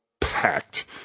packed